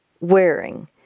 wearing